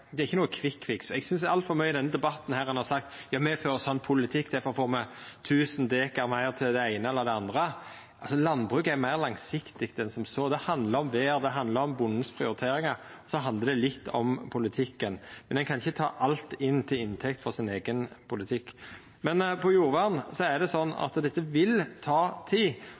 ikkje nokon kvikkfiks. Eg synest ein i denne debatten i altfor stor grad har sagt at fordi ein fører ein sånn politikk, får ein 1 000 dekar meir til det eine eller det andre. Landbruk er meir langsiktig enn som så. Det handlar om vêr, det handlar om bondens prioriteringar, og så handlar det litt om politikken. Men ein kan ikkje ta alt til inntekt for eigen politikk. Når det gjeld jordvern, er det sånn at dette vil ta tid,